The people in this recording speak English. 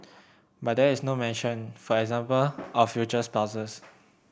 but there is no mention for example of future spouses